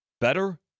better